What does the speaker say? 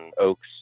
oaks